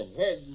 head